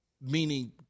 meaning